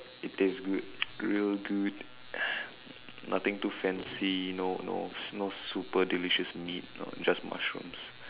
it taste good real good nothing too fancy no no no super delicious meat just mushrooms